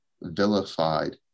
vilified